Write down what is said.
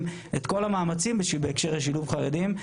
את כל המאמצים בהקשר של שילוב חרדים,